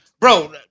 Bro